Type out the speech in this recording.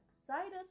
excited